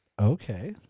Okay